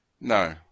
No